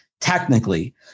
technically